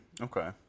okay